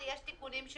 יש הסתייגויות?